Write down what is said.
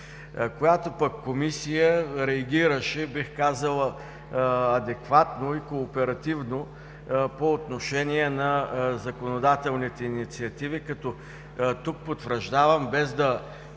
която пък реагираше, бих казал, адекватно и кооперативно по отношение на законодателните инициативи. Тук потвърждавам, без да